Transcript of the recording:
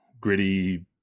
gritty